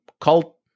cult